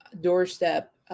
doorstep